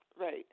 Right